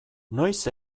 noiz